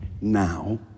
now